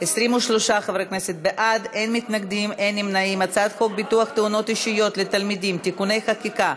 להעביר את הצעת חוק ביטוח תאונות אישיות לתלמידים (תיקוני חקיקה),